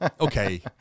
okay